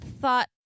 thought